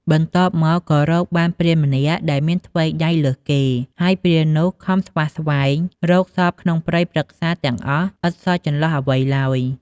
បន្ទាប់មកក៏រកបានព្រានម្នាក់ដែលមានថ្វីដៃលើសគេ ហើយព្រាននោះខំស្វះស្វែងរកសព្វក្នុងព្រៃព្រឹក្សាទាំងអស់ឥតសល់ចន្លោះអ្វីឡើយ។